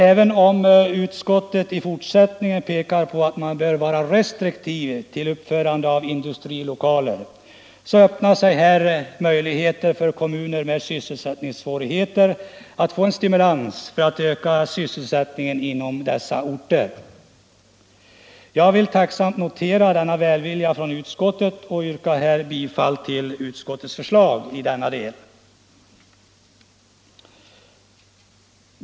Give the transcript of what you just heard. Även om utskottet i fortsättningen pekar på att man bör vara restriktiv till uppförande av industrilokaler, så öppnar sig här möjligheter för kommuner med sysselsättningssvårigheter att få en stimulans för att öka sysselsättningen inom dessa orter. Jag vill tacksamt notera denna välvilja från utskottet och yrkar bifall till utskottets förslag i denna del.